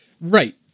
Right